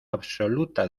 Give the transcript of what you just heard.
absoluta